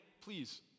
please